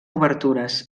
obertures